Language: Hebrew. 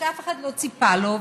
שאף אחד לא ציפה לו,